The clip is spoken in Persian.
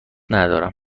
ندارم